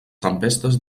tempestes